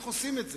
איך עושים את זה,